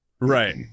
right